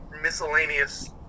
miscellaneous